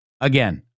again